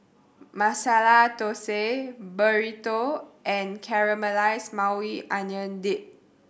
Masala Dosa Burrito and Caramelized Maui Onion Dip